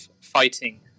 fighting